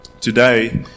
today